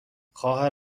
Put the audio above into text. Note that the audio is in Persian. خواهر